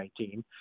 2019